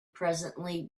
presently